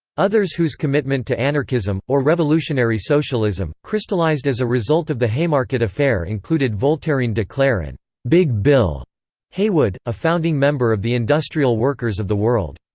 others whose commitment to anarchism, or revolutionary socialism, crystallized as a result of the haymarket affair included voltairine de cleyre and big bill haywood, a founding member of the industrial workers of the world.